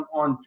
on